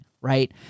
Right